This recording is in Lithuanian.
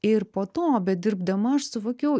ir po to bedirbdama aš suvokiau